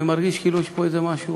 אני מרגיש כאילו יש פה איזה משהו,